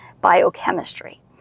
biochemistry